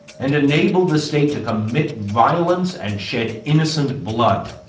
and enable the state to commit violence and shed innocent blood.